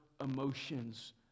emotions